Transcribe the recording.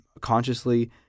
consciously